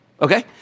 okay